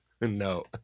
no